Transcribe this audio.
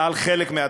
לחלק מהתוכנית.